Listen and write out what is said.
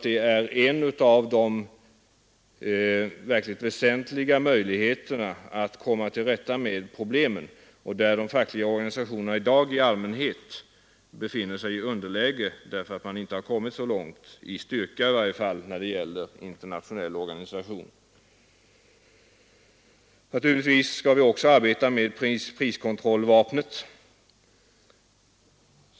Det är en av de verkligt väsentliga möjligheterna att komma till rätta med problemen, och här befinner sig de fackliga organisationerna i dag oftast i underläge därför att de inte har kommit så långt i styrka när det gäller internationell organisation. Naturligtvis skall vi också arbeta med priskontrollvapnet.